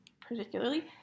particularly